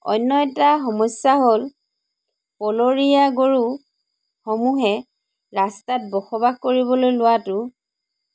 অন্য এটা সমস্যা হ'ল বনৰীয়া গৰু সমূহে ৰাস্তাত বসবাস কৰিবলৈ লোৱাটো